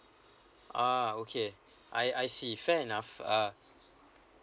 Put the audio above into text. uh okay I I see fair enough uh